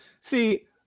see